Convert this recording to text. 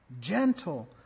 gentle